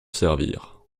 servir